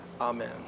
Amen